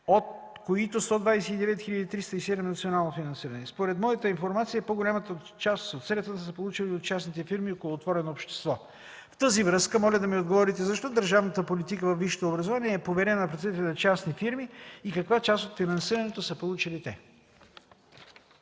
от които 129 хил. 307 лева – национално финансиране. Според моята информация, по-голямата част от средствата са получени от частните фирми около „Отворено общество”. В тази връзка моля да ми отговорите: защо държавната политика във висшето образование е поверено на частни фирми и каква част от финансирането са получили те?